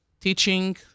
teaching